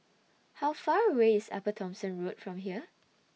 How Far away IS Upper Thomson Road from here